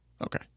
Okay